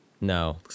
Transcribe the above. No